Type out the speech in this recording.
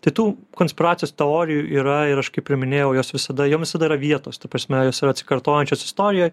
tai tų konspiracijos teorijų yra ir aš kaip ir minėjau jos visada jiem visada yra vietos ta prasme jos yra atsikartojančios istorijoj